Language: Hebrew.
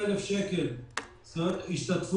המקומית שנקלעה לקשיים גדולים בעקבות השיטפונות